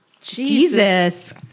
Jesus